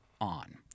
on